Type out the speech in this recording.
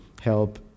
help